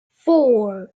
four